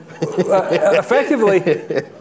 effectively